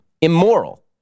immoral